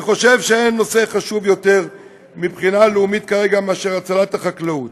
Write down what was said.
אני חושב שאין נושא חשוב יותר מבחינה לאומית כרגע מאשר הצלת החקלאות.